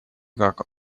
как